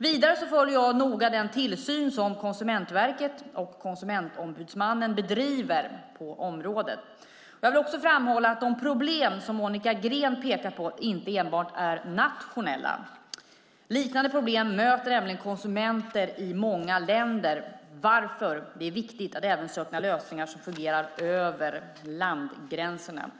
Vidare följer jag noga den tillsyn som Konsumentverket och Konsumentombudsmannen bedriver på området. Jag vill också framhålla att de problem som Monica Green pekar på inte enbart är nationella. Liknande problem möter konsumenter i många länder varför det är viktigt att även söka lösningar som fungerar över landgränserna.